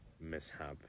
mishap